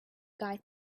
guy